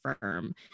firm